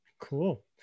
cool